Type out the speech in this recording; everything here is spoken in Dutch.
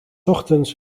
ochtends